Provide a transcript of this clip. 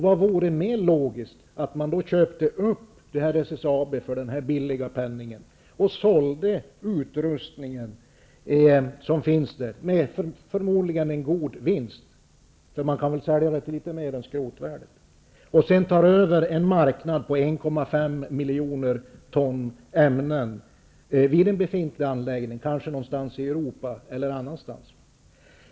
Vad vore mer logiskt än att SSAB köptes upp för den här billiga penningen, och att man sålde den utrustning som finns där -- förmodligen med en god vinst, för man kan nog sälja till litet mer än skrotvärdet -- för att sedan ta över en marknad på 1,5 miljoner ton ämnen vid en befintlig anläggning, kanske någonstans i Europa eller någon annanstans.